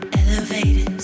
elevated